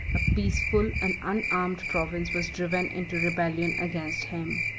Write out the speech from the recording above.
a peaceful and unarmed province was driven into rebellion against him.